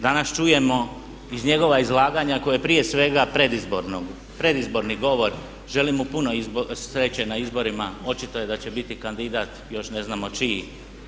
Danas čujemo iz njegova izlaganja koje je prije svega predizborni govor, želim mu puno sreće na izborima, očito je da će biti kandidat još ne znamo čiji.